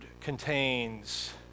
contains